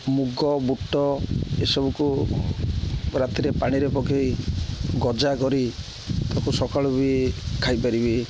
ମୁଗ ବୁଟ ଏସବୁକୁ ରାତିରେ ପାଣିରେ ପକାଇ ଗଜା କରି ତାକୁ ସକାଳୁ ବି ଖାଇପାରିବି